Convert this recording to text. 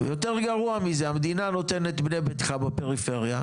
יותר גרוע מזה, המדינה נותנת בני ביתך בפריפריה,